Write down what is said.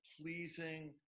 pleasing